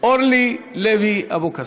אורלי לוי אבקסיס,